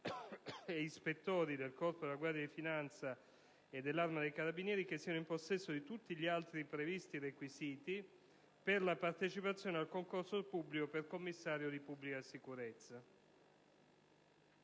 ed ispettori del Corpo della guardia di finanza e dell'Arma dei carabinieri, che siano in possesso di tutti gli altri previsti requisiti per consentire la partecipazione al concorso pubblico per Commissario di pubblica sicurezza».